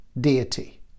deity